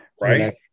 Right